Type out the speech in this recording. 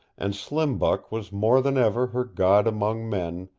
and slim buck was more than ever her god among men,